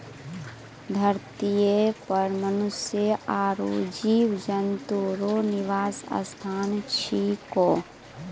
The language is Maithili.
धरतीये पर मनुष्य आरु जीव जन्तु रो निवास स्थान छिकै